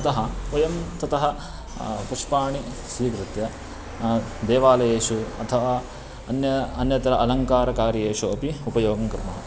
अतः वयं ततः पुष्पाणि स्वीकृत्य देवालयेषु अथवा अन्यः अन्यत्र अलङ्कारकार्येषु अपि उपयोगं कुर्मः